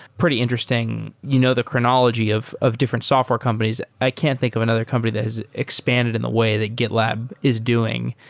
pretty interesting, you know the chronology of of different software companies. i can't think of another company that has expanded in the way that gitlab is doing.